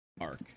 arc